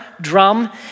drum